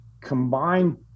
combined